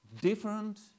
different